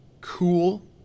cool